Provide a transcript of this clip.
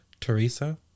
teresa